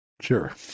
Sure